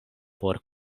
por